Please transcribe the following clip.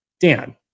Dan